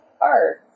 art